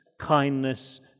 kindness